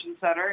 Center